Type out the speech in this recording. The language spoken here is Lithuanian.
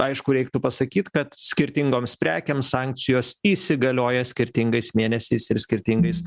aišku reiktų pasakyt kad skirtingoms prekėms sankcijos įsigalioja skirtingais mėnesiais ir skirtingais